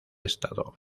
estado